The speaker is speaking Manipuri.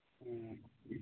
ꯑꯝ